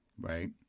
right